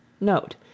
NOTE